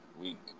week